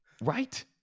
right